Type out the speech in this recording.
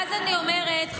אז אני אומרת,